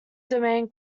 domain